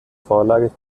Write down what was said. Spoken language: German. vorlage